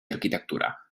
arquitectura